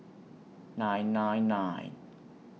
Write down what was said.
nine nine nine